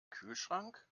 kühlschrank